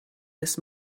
this